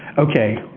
okay.